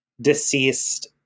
deceased